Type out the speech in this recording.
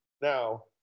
Now